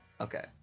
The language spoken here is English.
Okay